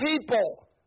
people